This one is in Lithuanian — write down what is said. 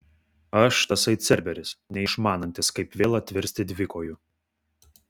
aš tasai cerberis neišmanantis kaip vėl atvirsti dvikoju